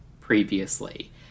previously